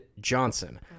Johnson